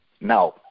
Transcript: Now